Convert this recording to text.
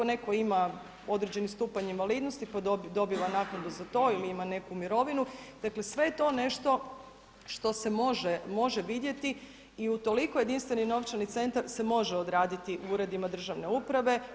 Neko ima određeni stupanj invalidnosti pa dobiva naknadu za to ili ima neku mirovinu, dakle sve je to nešto što se može vidjeti i u toliko jedinstveni novčani centar se može odraditi u uredima državne uprave.